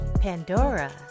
Pandora